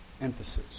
emphasis